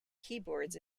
keyboards